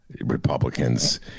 Republicans